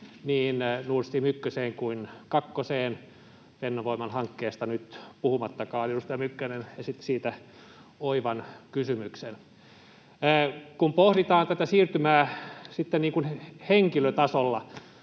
niin Nord Stream ykköseen kuin kakkoseen, Fennovoiman hankkeesta nyt puhumattakaan. Edustaja Mykkänen esitti siitä oivan kysymyksen. Kun pohditaan tätä siirtymää sitten henkilötasolla,